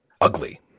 Ugly